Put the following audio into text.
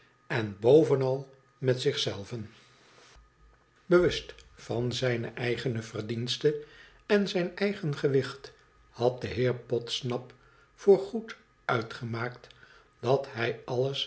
en bovenal met zich zelven bewust van zijne eigene verdienste en zijn eigen gewicht had de heer podsnap voorgoed uitgemaakt dat hij alles